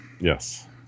yes